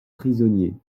prisonniers